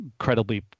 incredibly